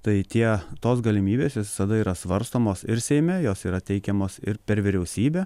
tai tie tos galimybės visada yra svarstomos ir seime jos yra teikiamos ir per vyriausybę